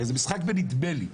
הרי זה משחק בנדמה לי.